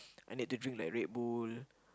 I need to drink like Red-Bull